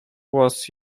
was